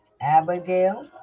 Abigail